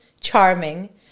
charming